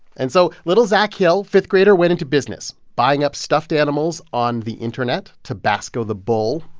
and so little zac hill, fifth grader, went into business buying up stuffed animals on the internet tabasco the bull,